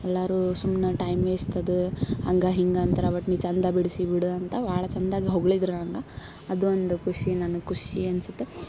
ಎಲ್ಲಾರು ಸುಮ್ಮನೆ time waste ಅದ ಹಾಗ ಹೀಗ ಅಂತಾರ ಬಟ್ ನೀನು ಚಂದ ಬಿಡಿಸಿ ಬಿಡು ಅಂತ ಭಾಳ ಚಂದಾಗಿ ಹೊಗ್ಳಿದ್ದರು ನನ್ಗೆ ಅದೊಂದು ಖುಷಿ ನನ್ಗೆ ಖುಷಿ ಅನ್ಸುತ್ತೆ